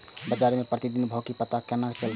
बजार के प्रतिदिन के भाव के पता केना चलते?